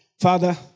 Father